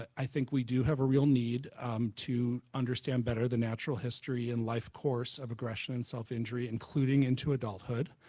i think we do have a real need to understand better the natural history and life course of aggression and self-injury including into adulthood.